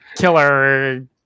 Killer